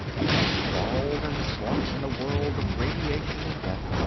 it had crawled and slunk in a world of radiation and death,